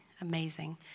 Amazing